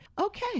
okay